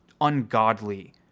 ungodly